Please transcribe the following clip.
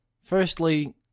Firstly